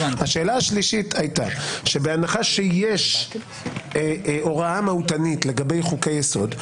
השאלה השלישית הייתה שבהנחה שיש הוראה מהותנית לגבי חוקי יסוד,